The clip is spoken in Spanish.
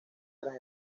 tras